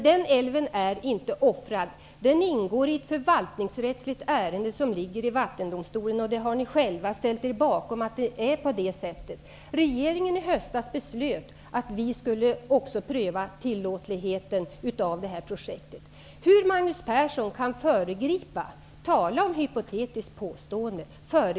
Den är inte offrad utan ingår i ett förvaltningsrättsligt ärende i en vattendomstol, och ni har själva ställt er bakom den åtgärden. Vi beslöt i regeringen i höstas att också vi skulle pröva tillåtligheten av projektet i fråga. Magnus Persson föregriper -- tala om hypotetiska påståenden!